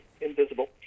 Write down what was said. invisible